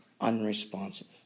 unresponsive